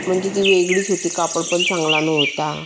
म्हणजे ती वेगळीच होती कापड पण चांगलं नव्हतं